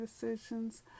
decisions